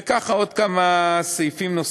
וככה עוד כמה סעיפים.